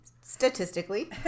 statistically